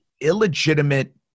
illegitimate